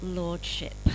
lordship